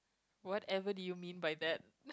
whatever do you mean by that